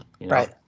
Right